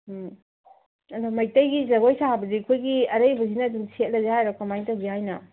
ꯎꯝ ꯑꯗꯨ ꯃꯩꯇꯩꯒꯤ ꯖꯒꯣꯏ ꯁꯥꯕꯁꯤ ꯑꯩꯈꯣꯏꯒꯤ ꯑꯔꯩꯕꯁꯤꯅ ꯑꯗꯨꯝ ꯁꯦꯠꯂꯁꯤ ꯍꯥꯏꯔꯣ ꯀꯃꯥꯏ ꯇꯧꯁꯤ ꯍꯥꯏꯅꯣ